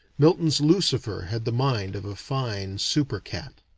milton's lucifer had the mind of a fine super-cat.